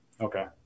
Okay